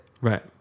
Right